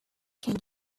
can